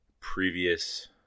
previous